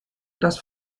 das